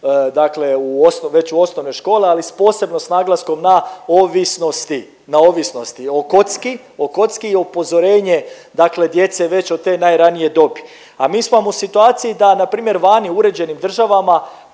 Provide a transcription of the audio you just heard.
dakle već u osnovnoj školi, ali s posebno s naglaskom na ovisnosti, na ovisnosti o kocki, o kocki i upozorenje dakle djece već od te najranije dobi, a mi smo vam u situaciji da npr. vani u uređenim državama